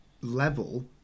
level